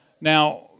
Now